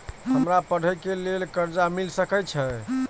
हमरा पढ़े के लेल कर्जा मिल सके छे?